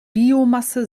biomasse